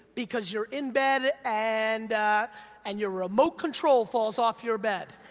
because you're in bed and and your remote control falls off your bed,